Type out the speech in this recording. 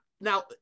now –